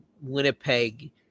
Winnipeg